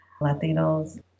Latinos